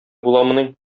буламыни